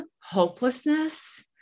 hopelessness